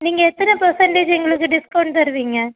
நீங்கள் எத்தனை பெர்சன்ட்ஜு எங்களுக்கு டிஸ்கவுண்ட் தருவீங்க